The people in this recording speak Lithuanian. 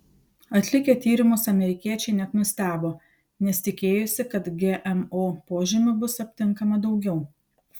atlikę tyrimus amerikiečiai net nustebo nes tikėjosi kad gmo požymių bus aptinkama daugiau